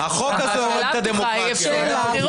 אבקש מכם לתת לי להשלים.